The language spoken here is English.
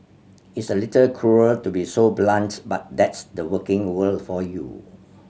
it's a little cruel to be so blunt but that's the working world for you